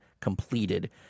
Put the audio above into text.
completed